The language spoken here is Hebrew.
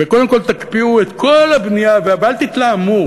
וקודם כול תקפיאו את כל הבנייה, ואל תתלהמו.